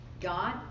God